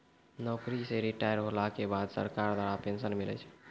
नौकरी से रिटायर होला के बाद सरकार द्वारा पेंशन मिलै छै